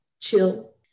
chill